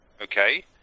okay